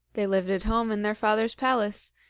they lived at home in their father's palace,